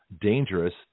dangerous